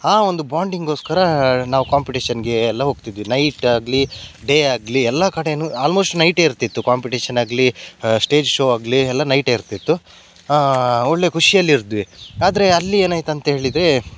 ಆ ಒಂದು ಬಾಂಡಿಂಗ್ಗೋಸ್ಕರ ನಾವು ಕಾಂಪಿಟೇಷನ್ಗೆ ಎಲ್ಲ ಹೋಗ್ತಿದ್ವಿ ನೈಟ್ ಆಗಲಿ ಡೇ ಆಗಲಿ ಎಲ್ಲ ಕಡೆಯೂ ಆಲ್ಮೋಸ್ಟ್ ನೈಟೆ ಇರ್ತಿತ್ತು ಕಾಂಪಿಟೀಷನ್ನಾಗಲಿ ಸ್ಟೇಜ್ ಶೋ ಆಗಲಿ ಎಲ್ಲ ನೈಟೇ ಇರ್ತಿತ್ತು ಒಳ್ಳೆಯ ಖುಷಿಯಲ್ಲಿ ಇದ್ವಿ ಆದರೆ ಅಲ್ಲಿ ಏನಾಯ್ತು ಅಂತ ಹೇಳಿದರೆ